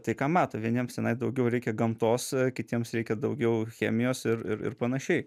tai ką mato vieniems tenai daugiau reikia gamtos kitiems reikia daugiau chemijos ir ir ir panašiai